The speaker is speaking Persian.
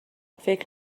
فکر